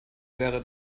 wäre